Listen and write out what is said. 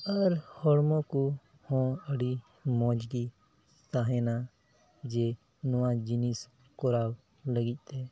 ᱟᱨ ᱦᱚᱲᱢᱚ ᱠᱚᱦᱚᱸ ᱟᱹᱰᱤ ᱢᱚᱡᱽᱼᱜᱮ ᱛᱟᱦᱮᱱᱟ ᱡᱮ ᱱᱚᱣᱟ ᱡᱤᱱᱤᱥ ᱠᱚᱨᱟᱣ ᱞᱟᱹᱜᱤᱫᱼᱛᱮ